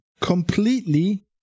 completely